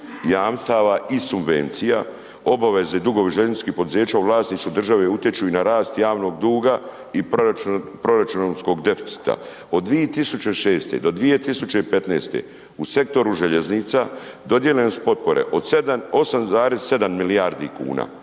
jamstava i subvencija. Obaveze i dugovi željezničkih poduzeća u vlasništvu državne utječu i na rast javnog duga i proračunskog deficita. Od 2006. do 2015. u sektoru željeznica dodijeljene su potpore od 7 8,7 milijardi kuna,